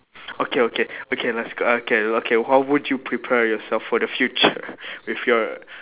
okay okay okay let's okay okay how would you prepare yourself for the future with your